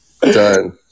done